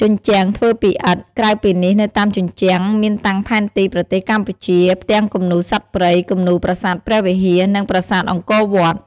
ជញ្ជាំងធ្វើពីឥដ្ឋ ក្រៅពីនេះនៅតាមជញ្ជាំងមានតាំងផែនទី ប្រទេសកម្ពុជា ផ្ទាំងគំនូរសត្វព្រៃ គំនូរប្រាសាទព្រះវិហារ និងប្រាសាទអង្គរវត្ត។